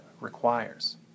requires